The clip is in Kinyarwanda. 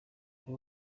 buri